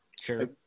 Sure